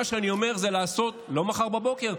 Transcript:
מה שאני אומר זה לעשות לא מחר בבוקר,